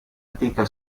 antica